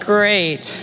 Great